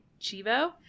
Chivo